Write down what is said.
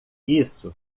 isso